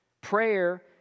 Prayer